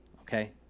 okay